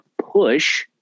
push